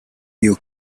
you